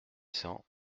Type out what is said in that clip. cents